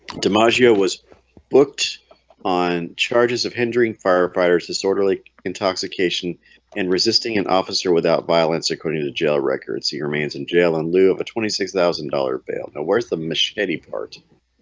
dimaggio was booked on charges of hindering firefighters disorderly intoxication and resisting an officer without violence according to jail records he remains in jail in lieu of a twenty six thousand dollars bail now. where's the machete part?